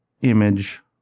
image